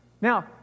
Now